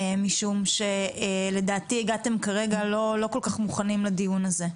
משום שלדעתי הגעתם כרגע לא כל כך מוכנים לדיון הזה.